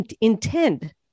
intend